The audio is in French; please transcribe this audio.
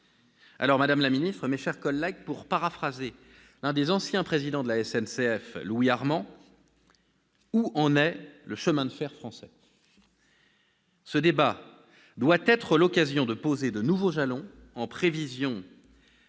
Alors, madame la ministre, mes chers collègues, pour paraphraser l'un des anciens présidents de la SNCF, Louis Armand, où en est le chemin de fer français ? Ce débat doit être l'occasion de poser de nouveaux jalons en prévision